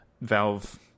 Valve